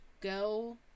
go